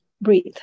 Breathe